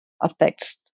affects